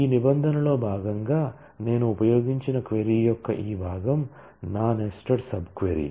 ఈ నిబంధనలో భాగంగా నేను ఉపయోగించిన క్వరీ యొక్క ఈ భాగం నా నెస్టెడ్ సబ్ క్వరీ